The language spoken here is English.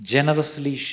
Generously